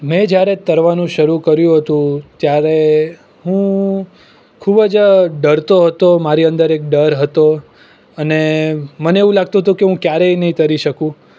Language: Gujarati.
મેં જ્યારે તરવાનું શરૂ કર્યું હતું ત્યારે હું ખૂબ જ ડરતો હતો મારી અંદર એક ડર હતો અને મને એવું લાગતું હતું કે હું ક્યારેય નહીં તરી શકું